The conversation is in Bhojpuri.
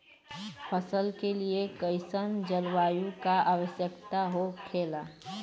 फसल के लिए कईसन जलवायु का आवश्यकता हो खेला?